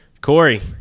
Corey